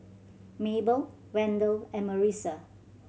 Mabell Wendel and Marissa